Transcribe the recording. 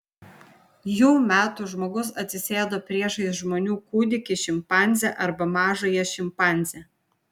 jų metu žmogus atsisėdo priešais žmonių kūdikį šimpanzę arba mažąją šimpanzę